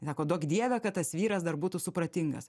sako duok dieve kad tas vyras dar būtų supratingas